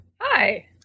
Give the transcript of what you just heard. Hi